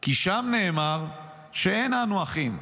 כי "שם" נאמר שאין אנו אחים.